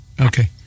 okay